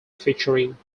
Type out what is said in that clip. featuring